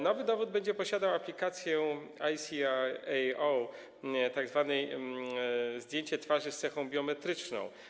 Nowy dowód będzie posiadał aplikację ICAO, tzw. zdjęcie twarzy z cechą biometryczną.